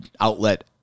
outlet